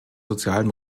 sozialen